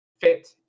fit